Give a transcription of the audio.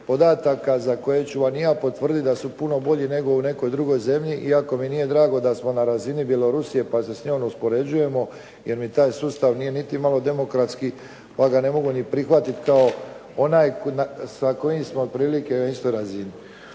za koje ću vam i ja potvrditi da su puno bolji nego u nekoj drugoj zemlji, iako mi nije drago da smo na razini Bjelorusije pa se s njom uspoređujemo, jer mi taj sustav nije niti malo demokratski, pa ga ne mogu ni prihvatiti kao onaj sa kojim smo otprilike u istoj razini.